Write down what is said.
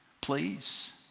Please